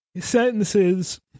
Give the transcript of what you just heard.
sentences